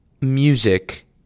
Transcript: music